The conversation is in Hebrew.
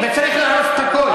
וצריך להרוס את הכול.